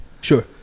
Sure